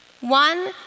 One